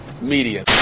media